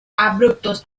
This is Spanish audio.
abruptos